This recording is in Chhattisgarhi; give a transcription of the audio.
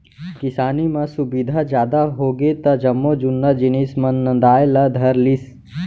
किसानी म सुबिधा जादा होगे त जम्मो जुन्ना जिनिस मन नंदाय ला धर लिस